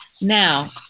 now